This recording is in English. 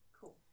Cool